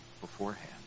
beforehand